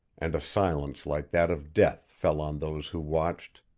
and a silence like that of death fell on those who watched.